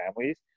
families